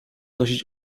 nosić